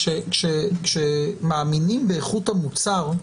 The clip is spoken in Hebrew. כשמאמינים באיכות המוצר,